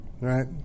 right